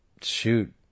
shoot